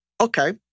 Okay